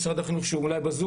משרד החינוך בזום,